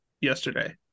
yesterday